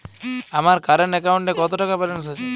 আমার কারেন্ট অ্যাকাউন্টে কত টাকা ব্যালেন্স আছে?